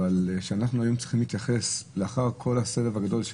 אבל אנחנו צריכים עכשיו להתייחס - לאחר כל הסבב הגדול,